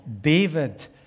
David